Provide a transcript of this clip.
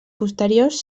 posteriors